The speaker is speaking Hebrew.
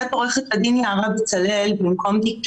יושב-ראש המרכז הישראלי ללימודי חירשות, בבקשה.